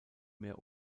mehr